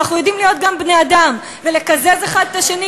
אבל אנחנו יודעים להיות גם בני-אדם ולקזז האחד את השני,